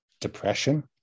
depression